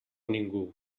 ningú